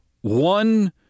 one